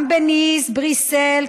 גם בניס, בבריסל.